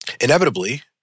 Inevitably